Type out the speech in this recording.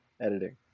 editing